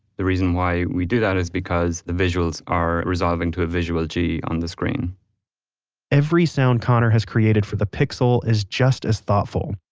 the reason why we do that is because the visuals are resolving to a visual g on the screen every sound conor has created for the pixel is just as thoughtful.